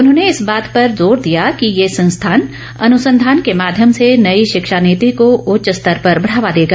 उन्होंने इस बात पर जोर दिया कि ये संस्थान अनुसंधान के माध्यम से नई शिक्षा नीति को उच्च स्तर पर बढ़ावा देगा